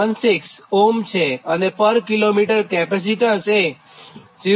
16Ω અને પર કિમી કેપેસિટન્સ 0